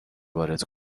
وارد